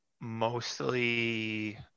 mostly